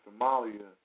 Somalia